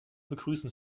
begrüßen